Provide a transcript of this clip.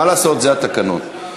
מה לעשות, זה התקנון.